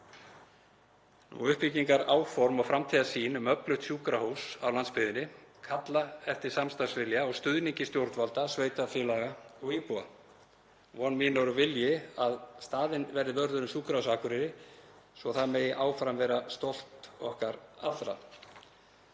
Uppbyggingaráform og framtíðarsýn um öflugt sjúkrahús á landsbyggðinni kalla eftir samstarfsvilja og stuðningi stjórnvalda, sveitarfélaga og íbúa. Það er von mín og vilji að staðinn verði vörður um Sjúkrahúsið á Akureyri svo að það megi áfram vera stolt okkar allra.